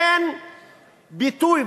אין ביטוי.